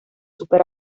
súper